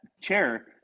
chair